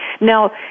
now